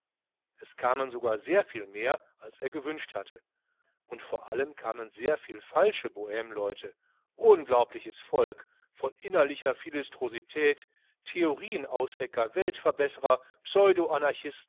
es kamen sogar sehr viel mehr als er gewünscht hatte und vor allem kamen sehr viele falsche bohmeleute unglaubliches volk voll innerlicher philistrosität theorieenaushecker weltverbesserer